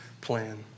plan